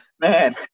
man